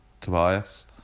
Tobias